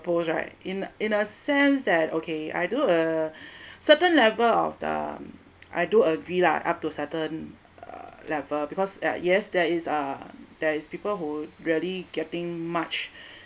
oppose right in in a sense that okay I do a certain level of the I do agree lah up to certain level because uh yes there is uh there is people who really getting much